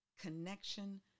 connection